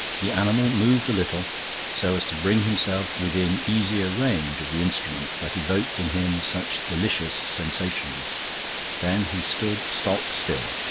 the animal moved a little so as to bring himself within easier range of the instrument that evoked in him such delicious sensations then he stood stock still,